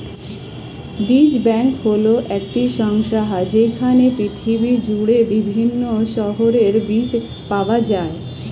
বীজ ব্যাংক এমন একটি সংস্থা যেইখানে পৃথিবী জুড়ে বিভিন্ন শস্যের বীজ পাওয়া যায়